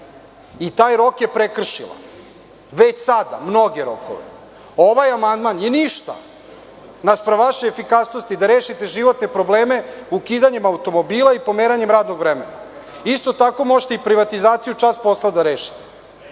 i taj rok je prekršila već sada. Ovaj amandman je ništa naspram vaše efikasnosti da rešite životne probleme ukidanjem automobila i pomeranjem radnog vremena. Isto tako možete i privatizaciju čas posla da rešite